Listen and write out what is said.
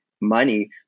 money